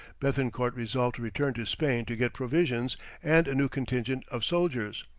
bethencourt resolved to return to spain to get provisions and a new contingent of soldiers,